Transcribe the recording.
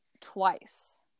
twice